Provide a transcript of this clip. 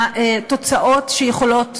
והתוצאות שיכולות